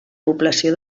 població